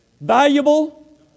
Valuable